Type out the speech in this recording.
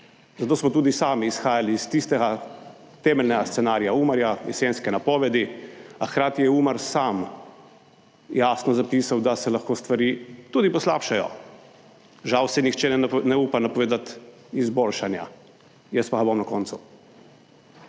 zato smo tudi sami izhajali iz tistega temeljnega scenarija Umarja, jesenske napovedi, a hkrati je Umar sam jasno zapisal, da se lahko stvari tudi poslabšajo. Žal si nihče ne upa napovedati izboljšanja, jaz pa bom na koncu,